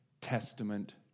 Testament